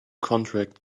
contract